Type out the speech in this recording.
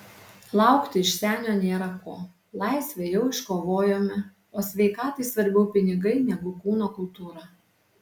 laukti iš senio nėra ko laisvę jau iškovojome o sveikatai svarbiau pinigai negu kūno kultūra